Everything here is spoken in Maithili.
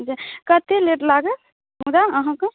जे कतेक लेट लागत मुदा अहाँकेँ